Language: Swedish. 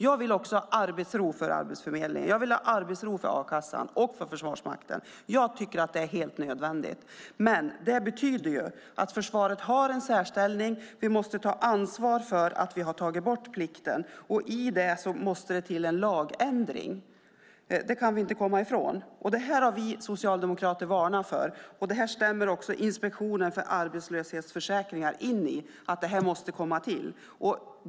Jag vill ha arbetsro för Arbetsförmedlingen, och jag vill ha arbetsro för A-kassan och för Försvarsmakten. Jag tycker att det är helt nödvändigt. Men försvaret har en särställning, och vi måste ta ansvar för att vi har tagit bort plikten. Då måste det till en lagändring; det kan vi inte komma ifrån. Det här har vi socialdemokrater varnat för, och Inspektionen för arbetslöshetsförsäkringar stämmer in i att det måste till.